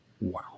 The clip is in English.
wow